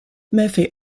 murphy